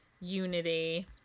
Unity